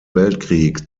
weltkrieg